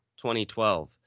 2012